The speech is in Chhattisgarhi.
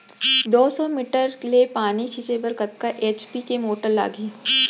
दो सौ मीटर ले पानी छिंचे बर कतका एच.पी के मोटर लागही?